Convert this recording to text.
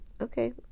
Okay